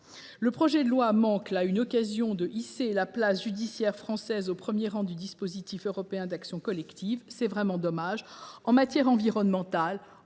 Le projet de loi manque là une occasion de hisser la place judiciaire française au premier rang des dispositifs européens d’action collective ; c’est vraiment dommage. Les affaires